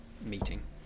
meeting